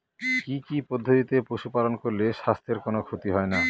কি কি পদ্ধতিতে পশু পালন করলে স্বাস্থ্যের কোন ক্ষতি হয় না?